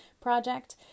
project